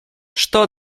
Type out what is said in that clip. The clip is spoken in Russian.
что